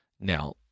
Now